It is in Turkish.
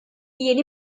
yeni